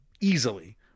easily